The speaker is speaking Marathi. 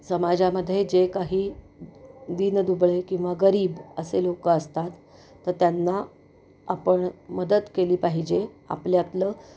समाजामध्ये जे काही दीनदुबळे किंवा गरीब असे लोकं असतात तर त्यांना आपण मदत केली पाहिजे आपल्यातलं